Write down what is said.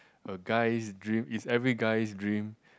a guy's dream it's every guy's dream